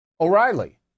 O'Reilly